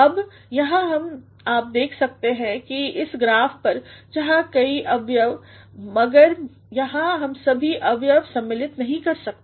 अब यहाँ आप देख सकते हैं इस ग्राफ पर जहाँ कई अवयव हैं मगर हम यहाँ सभी अवयव सम्मिलितनहीं कर सकते